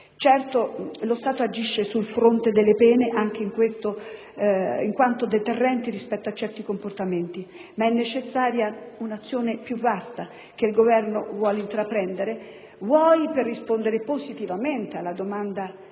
Certo, lo Stato agisce sul fronte delle pene anche in questo ambito, in quanto deterrenti rispetto a certi comportamenti, ma è necessaria un'azione più vasta, che il Governo vuole intraprendere, vuoi per rispondere positivamente alla domanda